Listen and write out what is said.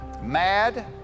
Mad